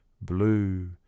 Blue